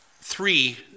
three